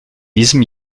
diesem